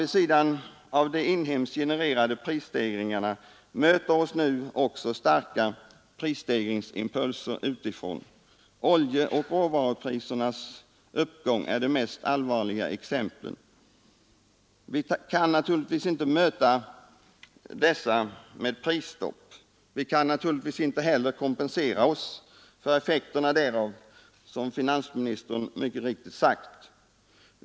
Vid sidan av de inhemskt genererade prisstegringarna möter oss nu också starka prisstegringsimpulser utifrån. Oljeoch råvaruprisernas uppgång är de mest allvarliga exemplen. Vi kan naturligtvis inte möta detta med prisstopp. Vi kan inte heller kompensera oss för effekterna därav, som finansministern mycket riktigt sagt.